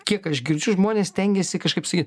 kiek aš girdžiu žmonės stengiasi kažkaip sakyt